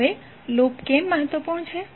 હવે લૂપ કેમ મહત્વપૂર્ણ છે